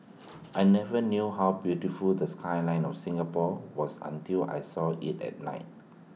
I never knew how beautiful the skyline of Singapore was until I saw IT at night